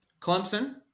Clemson